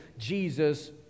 Jesus